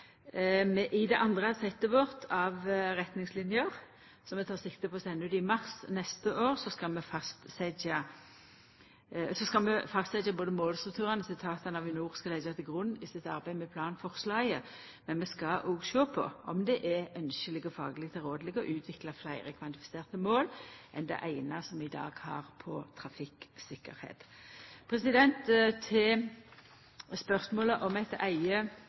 I det andre settet vårt av retningslinjer, som vi tek sikte på å senda ut i mars neste år, skal vi fastsetja målstrukturane som etatane og Avinor skal leggja til grunn i sitt arbeid med planforslaget, og vi skal òg sjå på om det er ynskjeleg og fagleg tilrådeleg å utvikla fleire kvantifiserte mål enn det eine som vi i dag har på trafikktryggleik. Når det gjeld spørsmålet om